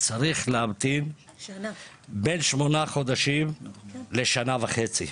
הוא צריך להמתין בין שמונה חודשים לשנה וחצי,